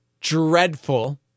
dreadful